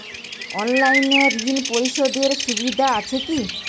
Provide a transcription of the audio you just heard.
অনলাইনে ঋণ পরিশধের সুবিধা আছে কি?